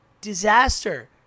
disaster